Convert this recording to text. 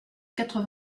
quatre